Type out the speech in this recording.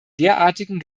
derartigen